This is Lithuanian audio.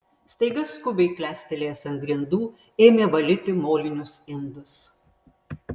staiga skubiai klestelėjęs ant grindų ėmė valyti molinius indus